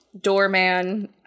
doorman